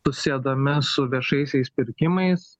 susiedami su viešaisiais pirkimais